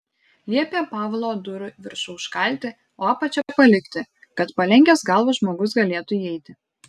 liepė pavlo durų viršų užkalti o apačią palikti kad palenkęs galvą žmogus galėtų įeiti